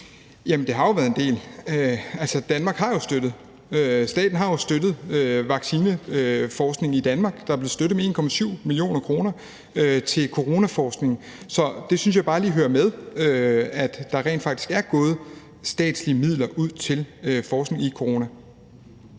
Jamen det har jo været en del af det – altså, staten har støttet vaccineforskningen i Danmark. Der er blevet givet 1,7 mio. kr. i støtte til coronaforskning. Så det synes jeg bare lige skal med, altså at der rent faktisk er gået statslige midler til forskning i corona.